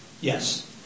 Yes